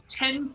ten